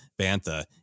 Bantha